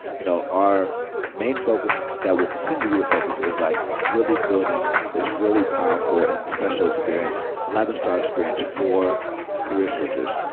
you know our main focus that will continue to be the focus is like really building this really powerful and special experience, eleven star experience for career switchers.